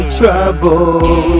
trouble